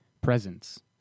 presence